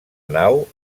nau